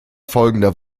folgender